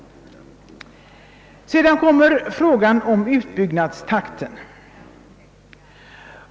Sedan kommer frågan om utbyggnadstakten.